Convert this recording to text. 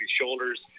shoulder's